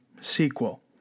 sequel